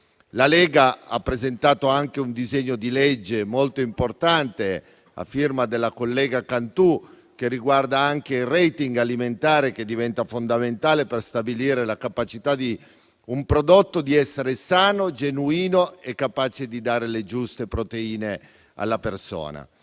La Lega ha presentato anche un disegno di legge molto importante, a firma della collega Cantù, che riguarda il *rating* alimentare, che diventa fondamentale per stabilire la capacità di un prodotto di essere sano, genuino e capace di dare le giuste proteine alla persona.